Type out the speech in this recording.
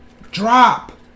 drop